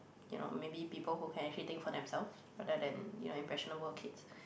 you know maybe people who can actually think for themselves rather than you know impressionable kids